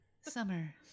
summer